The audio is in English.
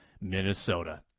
minnesota